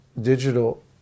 digital